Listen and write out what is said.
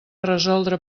resoldre